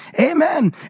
Amen